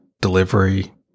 delivery